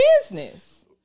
business